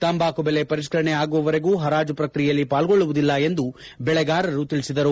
ತಂಬಾಕು ಬೆಲೆ ಪರಿಷ್ಠರಣೆ ಆಗುವವರೆಗೂ ಹರಾಜು ಪ್ರಕ್ರಿಯೆಯಲ್ಲಿ ಪಾಲ್ಗೊಳ್ಳುವುದಿಲ್ಲ ಎಂದು ಬೆಳೆಗಾರರು ತಿಳಿಸಿದರು